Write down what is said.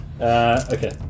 Okay